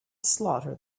slaughter